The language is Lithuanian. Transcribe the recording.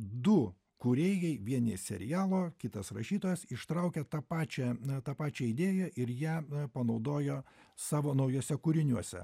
du kūrėjai vieni serialo kitas rašytojas ištraukia tą pačią tą pačią idėją ir ją panaudojo savo naujuose kūriniuose